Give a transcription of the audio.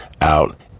out